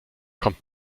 kommt